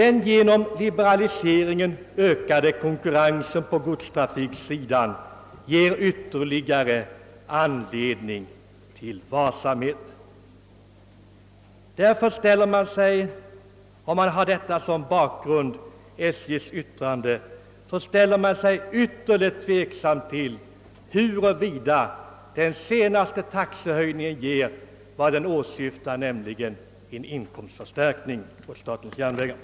Den genom liberaliseringen ökade konkurrensen på godstrafiksidan ger ytterligare anledning till varsamhet.» Med detta SJ:s yttrande som bakgrund ställer man sig ytterligt tveksam till huruvida den senaste taxehöjningen ger vad den åsyftar, nämligen inkomstförstärkning för statens järnvägar.